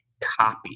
Copy